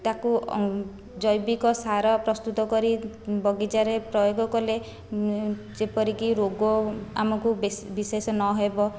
ତାକୁ ଜୈବିକ ସାର ପ୍ରସ୍ତୁତ କରି ବଗିଚାରେ ପ୍ରୟୋଗ କଲେ ଯେପରିକି ରୋଗ ଆମକୁ ବିଶେଷ ନ ହେବ